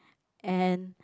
and